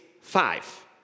five